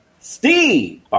Steve